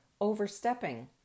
overstepping